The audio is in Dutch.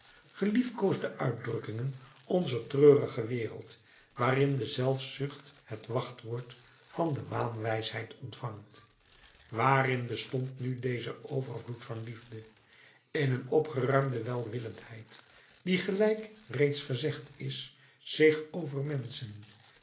geliefkoosde uitdrukkingen onzer treurige wereld waarin de zelfzucht het wachtwoord van de waanwijsheid ontvangt waarin bestond nu deze overvloed van liefde in een opgeruimde welwillendheid die gelijk reeds gezegd is zich over menschen